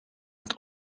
het